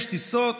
יש טיסות,